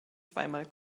zweimal